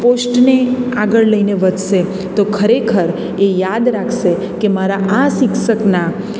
પોસ્ટને આગળ લઈને વધશે તો ખરેખર એ યાદ રાખશે કે મારા આ શિક્ષકના